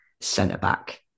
centre-back